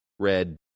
Red